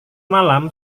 malam